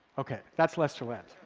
okay. that's lesterland.